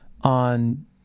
on